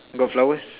got flowers